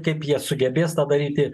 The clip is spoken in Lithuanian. kaip jie sugebės tą daryti